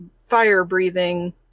fire-breathing